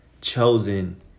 chosen